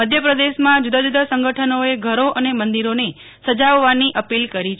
મધ્ય પ્રદેશમાં જુદા જુદા સંગઠનોએ ઘરો અને મંદીરોને સજાવવાની અપીલ કરી છે